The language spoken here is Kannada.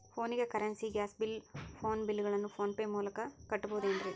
ಫೋನಿಗೆ currency, gas bill, phone bill ಗಳನ್ನು ಫೋನ್ ಪೇ ಮೂಲಕ ಕಟ್ಟಬಹುದೇನ್ರಿ?